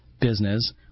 business